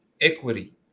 equity